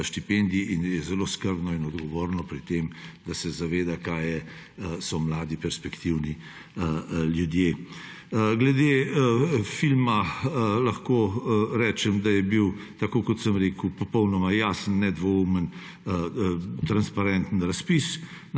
štipendij in je zelo skrbno in odgovorno pri tem, da se zaveda, kaj so mladi perspektivni ljudje. Glede filma lahko rečem, da je bil, tako kot sem rekel, popolnoma jasen, nedvoumen, transparenten razpis,